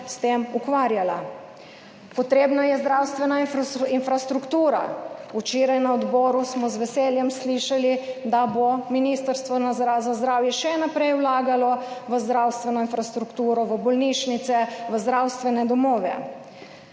s tem ukvarjala. Potrebna je zdravstvena infrastruktura. Včeraj na odboru smo z veseljem slišali, da bo Ministrstvo za zdravje še naprej vlagalo v zdravstveno infrastrukturo v bolnišnice, v zdravstvene domove.